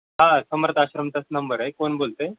हा समर्थ आश्रमचाच नंबर आहे कोण बोलत आहे